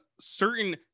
certain